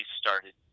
started